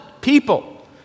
people